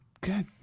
Good